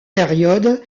période